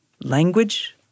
language—